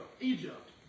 egypt